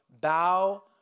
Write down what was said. bow